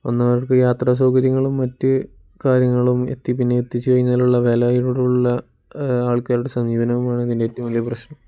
ഒന്നവർക്ക് യാത്രാസൗകര്യങ്ങളും മറ്റു കാര്യങ്ങളും എത്തി പിന്നെ എത്തിച്ചു കഴിഞ്ഞാലുള്ള വില ഇവിടെയുള്ള ആൾക്കാരുടെ സമീപനവുമാണ് ഇതിൻ്റെ ഏറ്റവും വലിയ പ്രശ്നം